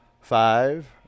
Five